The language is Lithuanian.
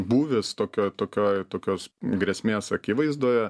būvis tokioj tokioj tokios grėsmės akivaizdoje